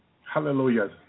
Hallelujah